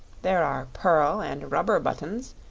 there are pearl and rubber buttons,